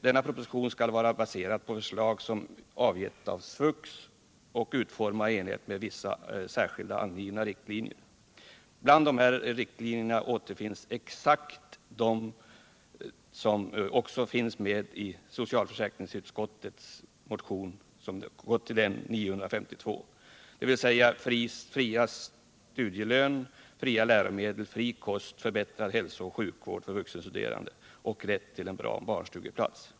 Denna proposition föreslogs vara baserad på det förslag som avgetts av SVUX och utformad i enlighet med vissa särskilt angivna riktlinjer. Bland dessa riktlinjer återfinns exakt de som också återfanns i den till socialförsäkringsutskottet hänvisade motionen 952, dvs. studielön, fria läromedel, fri kost, förbättrad hälsooch sjukvård för vuxenstuderande samt rätt till en bra barnstugeplats.